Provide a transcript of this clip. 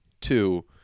Two